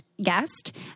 Guest